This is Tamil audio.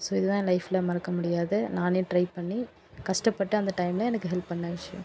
ஸோ இதுதான் என் லைஃபில் மறக்க முடியாத நானே ட்ரை பண்ணி கஷ்ட பட்டு அந்த டைமில் எனக்கு ஹெல்ப் பண்ண விஷயோம்